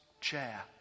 chair